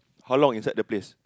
how long inside the place